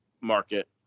market